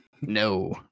No